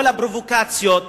שכל הפרובוקציות,